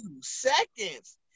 seconds